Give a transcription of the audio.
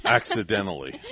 accidentally